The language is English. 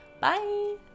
Bye